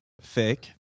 fake